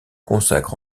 consacre